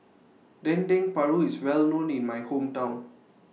Dendeng Paru IS Well known in My Hometown